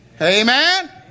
Amen